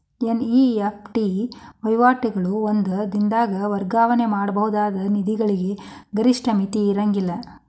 NEFT ವಹಿವಾಟುಗಳು ಒಂದ ದಿನದಾಗ್ ವರ್ಗಾವಣೆ ಮಾಡಬಹುದಾದ ನಿಧಿಗಳಿಗೆ ಗರಿಷ್ಠ ಮಿತಿ ಇರ್ಂಗಿಲ್ಲಾ